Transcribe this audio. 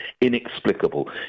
inexplicable